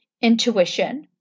intuition